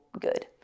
good